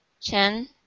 Chen